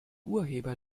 urheber